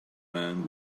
man